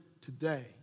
today